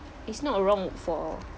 it's not wrong for